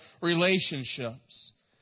relationships